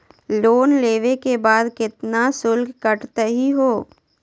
Loan लेवे के बाद केतना शुल्क कटतही हो?